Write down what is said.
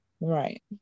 Right